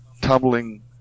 tumbling